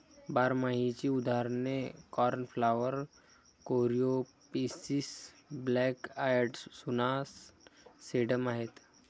बारमाहीची उदाहरणे cornflower, coreopsis, black eyed Susan, sedum आहेत